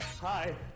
Hi